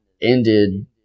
ended